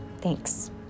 Thanks